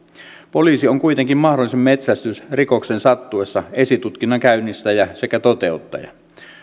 poliisi on kuitenkin mahdollisen metsästysrikoksen sattuessa esitutkinnan käynnistäjä sekä toteuttaja